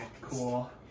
cool